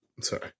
sorry